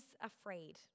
afraid